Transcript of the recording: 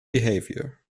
behaviour